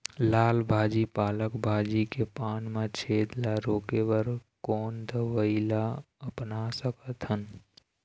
लाल भाजी पालक भाजी के पान मा छेद ला रोके बर कोन दवई ला अपना सकथन?